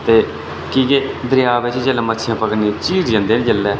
की के दरेआ बिच जेल्लै मच्छियां पकड़ने गी झीर जंदे न जेल्लै